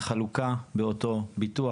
החלוקה באותו ביטוח,